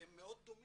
הם מאוד דומים.